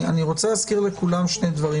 אני רוצה להזכיר לכולם שני דברים.